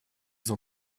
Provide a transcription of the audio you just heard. зон